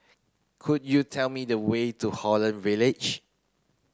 could you tell me the way to Holland Village